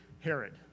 Herod